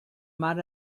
mar